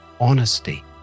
honesty